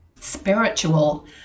spiritual